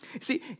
See